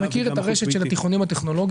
אתה מכיר את הרשת של התיכונים הטכנולוגיים?